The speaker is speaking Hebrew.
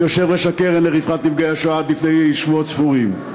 כיושב-ראש הקרן לרווחה לנפגעי השואה עד לפני שבועות ספורים.